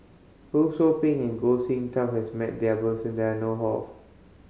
Ho Sou Ping and Goh Sin Tub has met person that I know of